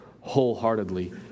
wholeheartedly